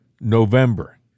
November